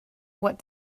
what